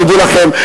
תדעו לכם,